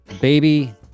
Baby